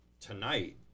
tonight